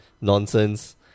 nonsense